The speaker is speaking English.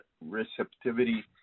receptivity